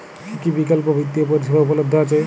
কী কী বিকল্প বিত্তীয় পরিষেবা উপলব্ধ আছে?